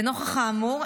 לנוכח האמור,